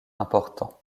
important